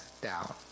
down